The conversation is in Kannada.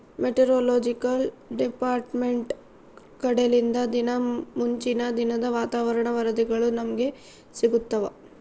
ಮೆಟೆರೊಲೊಜಿಕಲ್ ಡಿಪಾರ್ಟ್ಮೆಂಟ್ ಕಡೆಲಿಂದ ದಿನಾ ಮುಂಚಿನ ದಿನದ ವಾತಾವರಣ ವರದಿಗಳು ನಮ್ಗೆ ಸಿಗುತ್ತವ